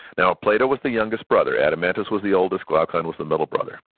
now, plato was the youngest brother, adeimantus was the oldest, glaucon was the middle brother.